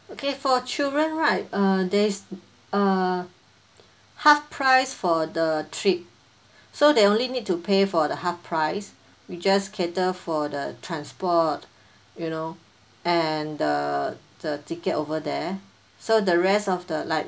okay for children right uh there's uh half price for the trip so they only need to pay for the half price we just cater for the transport you know and the the ticket over there so the rest of the like